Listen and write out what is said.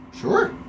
Sure